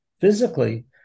physically